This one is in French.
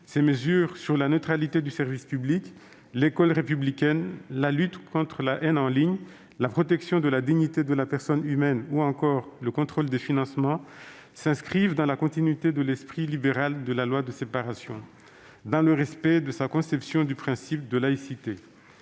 Ses mesures sur la neutralité du service public, l'école républicaine, la lutte contre la haine en ligne, la protection de la dignité de la personne humaine ou encore le contrôle des financements s'inscrivent dans la continuité de l'esprit libéral de la loi de séparation, dans le respect de sa conception du principe de laïcité-